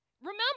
Remember